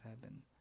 heaven